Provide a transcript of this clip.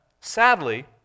sadly